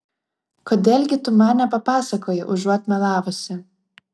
kodėl gi tu man nepapasakoji užuot melavusi